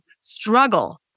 struggle